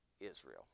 Israel